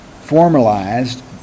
formalized